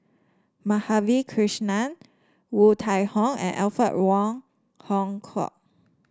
Madhavi Krishnan Woon Tai Ho and Alfred Wong Hong Kwok